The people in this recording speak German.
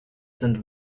sind